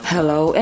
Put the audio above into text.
Hello